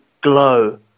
glow